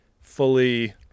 fully